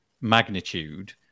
magnitude